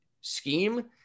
scheme